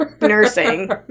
Nursing